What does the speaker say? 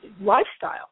lifestyle